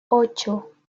ocho